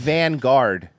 Vanguard